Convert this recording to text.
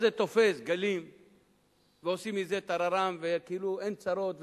אז זה תופס גלים ועושים מזה "טררם" וכאילו אין צרות,